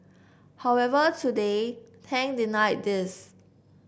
however today Tang denied these